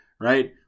right